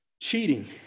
Cheating